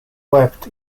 wept